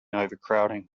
overcrowding